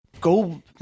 Go